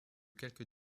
quelques